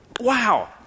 Wow